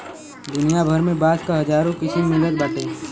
दुनिया भर में बांस क हजारो किसिम मिलत बाटे